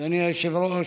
אדוני היושב-ראש,